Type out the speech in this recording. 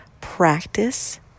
practice